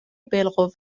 بالقوه